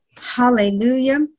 Hallelujah